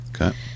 Okay